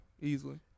easily